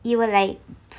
you will like